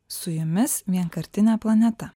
su jumis vienkartinė planeta